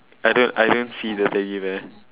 I don't I don't see the teddy bear